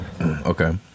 okay